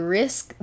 risk